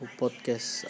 podcast